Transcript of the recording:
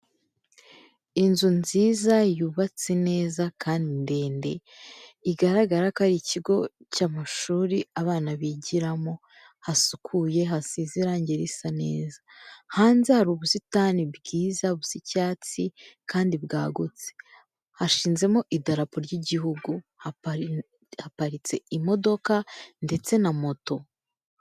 Inzu nziza yubatse neza kandi ndende. Igaragara ko ari ikigo cy'amashuri abana bigiramo, hasukuye hasize irangi risa neza. Hanze hari ubusitani bwiza bw'icyatsi kandi bwagutse, hashizemo idarapo ry'igihugu haparitse imodoka ndetse na moto.